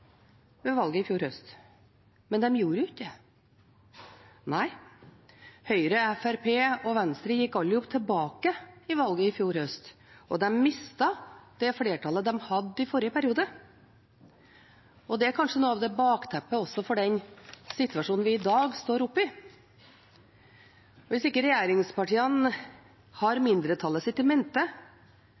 ved valget i fjor høst. Men de gjorde jo ikke det. Nei, Høyre, Fremskrittspartiet og Venstre gikk alle sammen tilbake ved valget i fjor høst, og de mistet det flertallet de hadde i forrige periode. Det er kanskje noe av bakteppet også for den situasjonen vi i dag står oppe i. Hvis ikke regjeringspartiene har mindretallet sitt i mente,